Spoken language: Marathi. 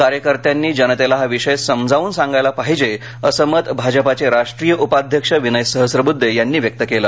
कार्यकर्त्यांनी जनतेला हा विषय समजावून सांगायला पाहिजे असे मत भाजपचे राष्ट्रीय उपाध्यक्ष विनय सहस्त्बुद्धे यांनी व्यक्त केलं